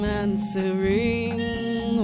answering